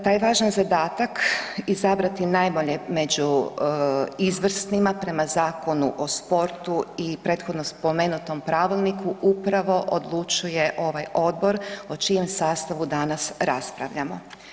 Taj je važan zadatak izabrati najbolje među izvrsnima, prema Zakonu o sportu i prethodno spomenutom pravilniku upravo odlučuje ovaj odbor o čijem sastavu danas raspravljamo.